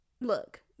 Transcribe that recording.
Look